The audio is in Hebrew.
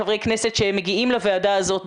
חברי כנסת שמגיעים לוועדה הזאת,